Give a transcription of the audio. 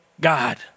God